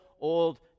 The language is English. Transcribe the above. Old